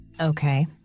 Okay